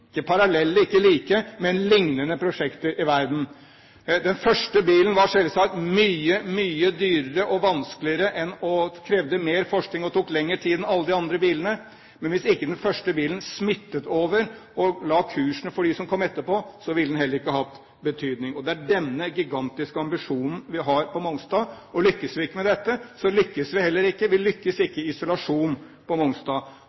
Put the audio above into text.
ikke parallelle, ikke like, men lignende prosjekter i verden. Den første bilen var selvsagt mye, mye dyrere og vanskeligere og krevde mer forskning og tok lengre tid enn alle de andre bilene. Men hvis ikke den første bilen hadde smittet over og lagt kursen for dem som kom etterpå, ville den heller ikke hatt betydning. Det er denne gigantiske ambisjonen vi har på Mongstad. Og lykkes vi ikke med dette, lykkes vi heller ikke. Vi lykkes ikke i isolasjon på Mongstad.